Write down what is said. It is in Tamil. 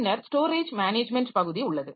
பின்னர் ஸ்டோரேஜ் மேனேஜ்மென்ட் பகுதி உள்ளது